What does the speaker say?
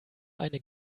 eine